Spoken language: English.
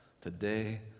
Today